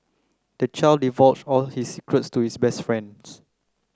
the child divulged all his secrets to his best friend